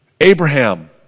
Abraham